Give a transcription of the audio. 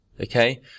okay